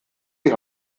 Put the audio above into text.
die